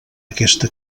aquesta